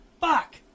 Fuck